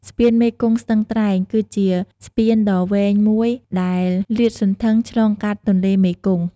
ស្ពានមេគង្គស្ទឹងត្រែង គឺជាស្ពានដ៏វែងមួយដែលលាតសន្ធឹងឆ្លងកាត់ទន្លេមេគង្គ។